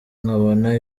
nkabona